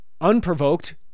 unprovoked